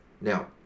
Now